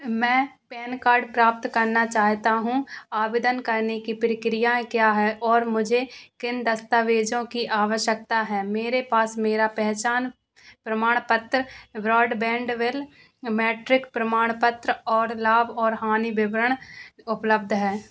मैं pan card प्राप्त करना चाहता हूँ आवेदन करने की प्रक्रियाएँ क्या हैं और मुझे किन दस्तावेज़ों की आवश्यकता है मेरे पास मेरा पहचान प्रमाण पत्र व्राडबैंड विल मैट्रिक प्रमाणपत्र और लाभ और हानि विवरण उपलब्ध है